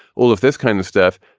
all of this kind of stuff,